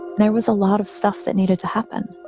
there was a lot of stuff that needed to happen.